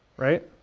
right?